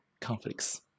conflicts